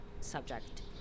subject